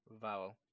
Vowel